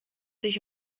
sich